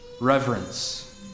reverence